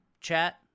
chat